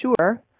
sure